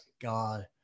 God